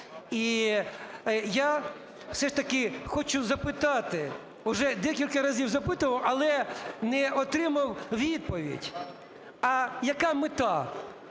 І я все ж таки хочу запитати, уже декілька разів запитував, але не отримав відповідь, а яка мета,